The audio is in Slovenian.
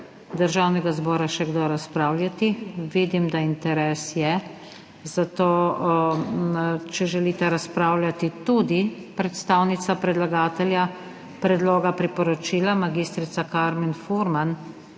Državnega zbora še kdo razpravljati? (Da.) Vidim, da interes je, zato, če želite razpravljati tudi predstavnica predlagatelja predloga priporočila, mag. Karmen Furman